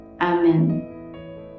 Amen